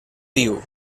diu